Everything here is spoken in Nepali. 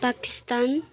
पाकिस्तान